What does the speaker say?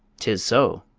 tis so,